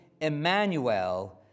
Emmanuel